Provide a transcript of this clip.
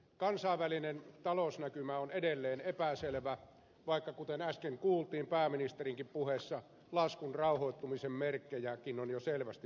kansainvälinen talousnäkymä on edelleen epäselvä vaikka kuten äsken kuultiin pääministerinkin puheesta laskun rauhoittumisen merkkejäkin on jo selvästi näkyvissä